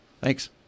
Thanks